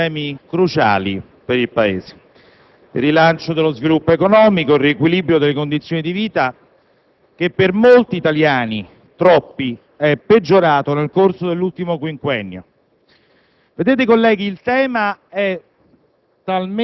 con la Nota di aggiornamento al DPEF affrontiamo dei temi cruciali per il Paese: il rilancio dello sviluppo economico e il riequilibrio delle condizioni di vita che per molti italiani, troppi, sono peggiorate nel corso dell'ultimo quinquennio.